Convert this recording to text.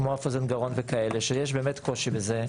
כמו אף אוזן גרון וכאלה, שיש באמת קושי בזה.